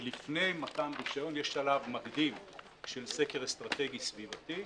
שלפני מתן רישיון יש עליו --- של סקר אסטרטגי סביבתי,